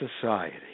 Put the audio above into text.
society